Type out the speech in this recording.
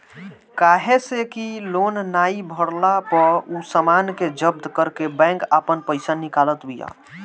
काहे से कि लोन नाइ भरला पअ उ सामान के जब्त करके बैंक आपन पईसा निकालत बिया